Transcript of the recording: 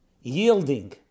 yielding